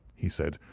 he said,